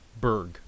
Berg